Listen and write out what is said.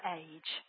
age